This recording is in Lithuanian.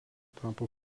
tapo